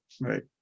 Right